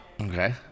Okay